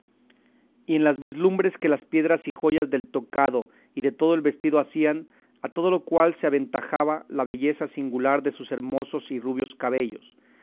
y en las vislumbres que las piedras y joyas del tocado y de todo el vestido hacían a todo lo cual se aventajaba la belleza singular de sus hermosos y rubios cabellos